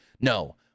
No